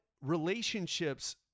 relationships